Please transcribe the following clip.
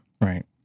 right